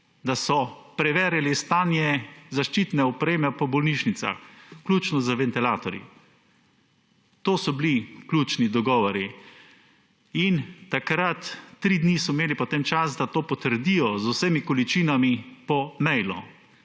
da so preverili stanje zaščitne opreme po bolnišnicah, vključno z ventilatorji. To so bili ključni dogovori. Tri dni so imeli potem časa, da to potrdijo z vsemi količinami po mailu,